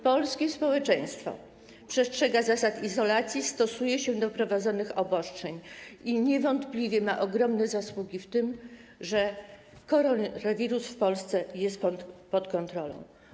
Polskie społeczeństwo przestrzega zasad izolacji, stosuje się do wprowadzonych obostrzeń i niewątpliwie ma ogromne zasługi w tym, że koronawirus w Polsce jest pod kontrolą.